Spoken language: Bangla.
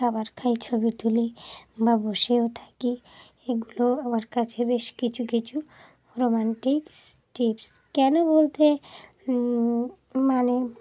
খাবার খাই ছবি তুলি বা বসেও থাকি এগুলো আমার কাছে বেশ কিছু কিছু রোম্যান্টিক টিপস কেন বলতে মানে